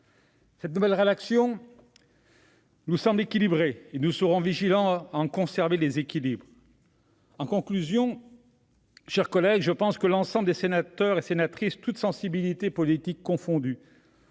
Cette nouvelle rédaction nous semble équilibrée et nous serons vigilants à ce que cela reste ainsi. En conclusion, mes chers collègues, je pense que l'ensemble des sénateurs, toutes sensibilités politiques confondues,